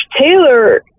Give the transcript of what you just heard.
Taylor